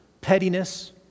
pettiness